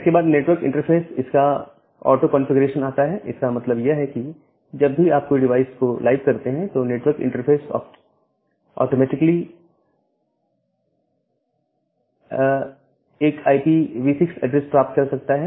इसके बाद network interface इसका ऑटोकंफीग्रेशन आता है इसका मतलब यह है कि जब भी आप कोई डिवाइस को लाइव करते हैं तो नेटवर्क इंटरफेस ऑटोमेटिकली A एक IPv6 एड्रेस प्राप्त कर सकता है